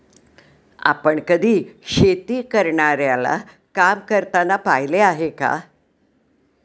आपण कधी शेती करणाऱ्याला काम करताना पाहिले आहे का?